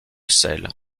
selle